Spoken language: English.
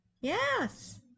yes